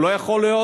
זה לא יכול להיות.